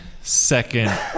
second